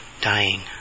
dying